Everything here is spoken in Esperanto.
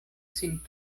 sin